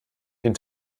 den